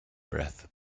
breath